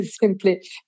simply